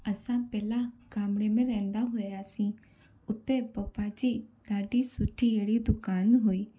असां पहिरियों गाम में रहंदा हुआसीं हुते पपा जी ॾाढी सुठी अहिड़ी दुकानु हुई